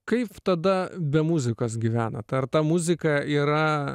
kaip tada be muzikos gyvenat ar ta muzika yra